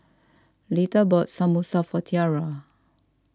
Lita bought Samosa for Tiarra